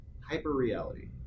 hyper-reality